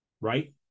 right